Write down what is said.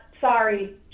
sorry